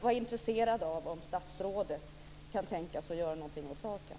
Jag undrar om statsrådet kan tänka sig att göra något åt saken.